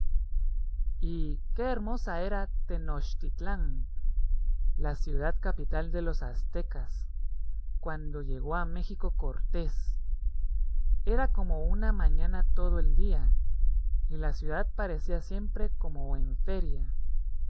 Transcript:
qué hermosa era tenochtitlán la ciudad capital de los aztecas cuando llegó a méxico cortés era como una mañana todo el día y la ciudad parecía siempre como en feria